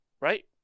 right